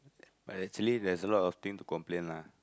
but actually there's a lot of thing to complain lah